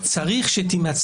אני חייב להגיד, ואני משמיע